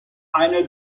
eine